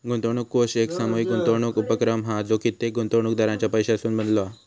गुंतवणूक कोष एक सामूहीक गुंतवणूक उपक्रम हा जो कित्येक गुंतवणूकदारांच्या पैशासून बनलो हा